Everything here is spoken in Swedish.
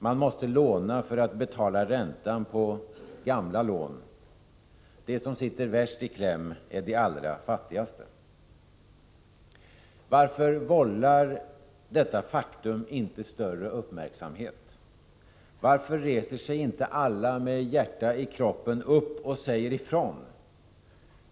Man måste låna för att betala ränta på de gamla lånen. De som sitter värst i kläm är de allra fattigaste. Varför vållar detta faktum inte större uppmärksamhet? Varför reser sig inte alla med hjärta i kroppen upp och säger ifrån?